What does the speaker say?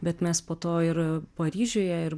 bet mes po to ir paryžiuje ir